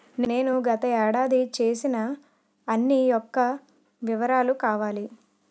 నేను గత ఏడాది చేసిన అన్ని యెక్క వివరాలు కావాలి?